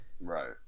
Right